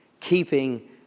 keeping